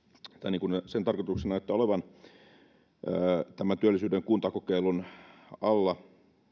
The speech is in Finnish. niin kuin sen tarkoituksena näyttää olevan on tämän työllisyyden kuntakokeilun alla